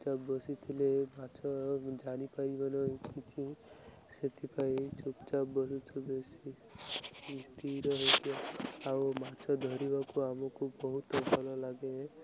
ଚୁପଚାପ ବସିଥିଲେ ମାଛ ଜାଣିପାରିବନ କିଛି ସେଥିପାଇଁ ଚୁପଚାପ ବସିୁଛୁ ବେଶୀ ରହିଛୁ ଆଉ ମାଛ ଧରିବାକୁ ଆମକୁ ବହୁତ ଭଲ ଲାଗେ